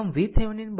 આમVThevenin 12 volt